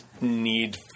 need